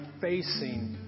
facing